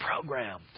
programmed